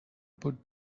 بود